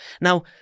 Now